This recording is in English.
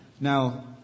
Now